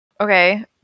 Okay